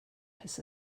his